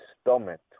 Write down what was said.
stomach